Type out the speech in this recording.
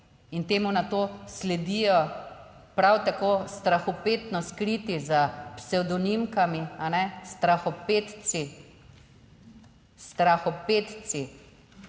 in temu nato sledijo prav tako strahopetno skriti za psevdonimkami, strahopetci. Strahopetci,